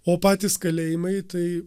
o patys kalėjimai tai